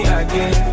again